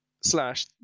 Slash